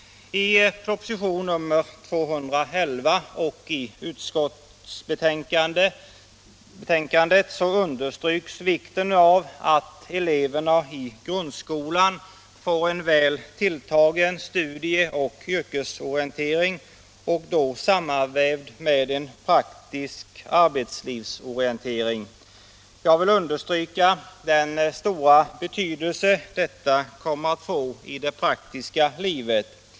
Nr 47 I propositionen 1975/76:211 och i utskottsbetänkandet understryks vikten Torsdagen den av att eleverna i grundskolan får en väl tilltagen studie och yrkesorientering, I6:december 1976 sammanvävd med en praktisk arbetslivsorientering. Jag vill understryka den stora betydelse detta kommer att få i det praktiska livet.